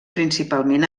principalment